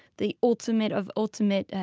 the ultimate of ultimate,